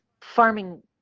farming